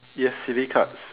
yes silly cards